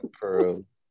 Pearls